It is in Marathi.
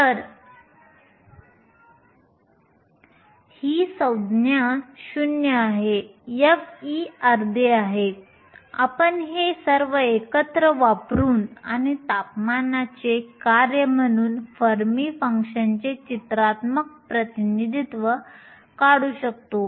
तर ही संज्ञा 0 आहे f अर्धे आहे आपण हे सर्व एकत्र वापरून आणि तापमानाचे कार्य म्हणून फर्मी फंक्शनचे चित्रात्मक प्रतिनिधित्व काढू शकतो